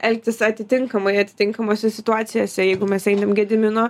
elgtis atitinkamai atitinkamose situacijose jeigu mes einam gedimino